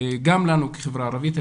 גם לנו כחברה הערבית,